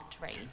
right